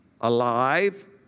alive